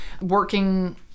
working